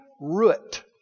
root